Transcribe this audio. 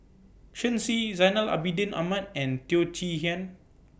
Shen Xi Zainal Abidin Ahmad and Teo Chee Hean